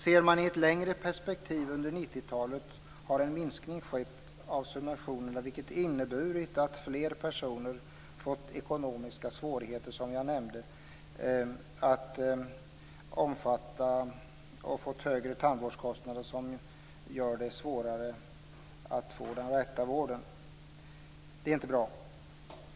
Ser man i ett längre perspektiv under 90-talet har en minskning skett av subventionerna, vilket inneburit att fler personer fått ekonomiska svårigheter vid omfattande och höga tandvårdskostnader, som jag tidigare nämnde. Det gör det svårare att få den rätta vården. Det är inte bra.